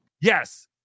Yes